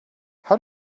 how